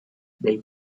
they